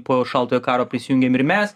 po šaltojo karo prisijungiam ir mes